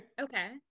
Okay